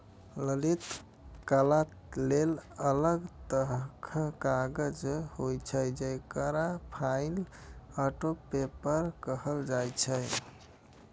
ललित कला लेल अलग तरहक कागज होइ छै, जेकरा फाइन आर्ट पेपर कहल जाइ छै